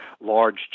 large